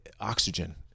oxygen